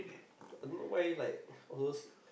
I don't know why like all those